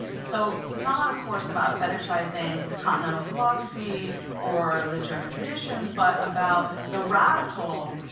so not, of course, about fetishizing continental philosophy or the german tradition but about the radical